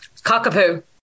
Cockapoo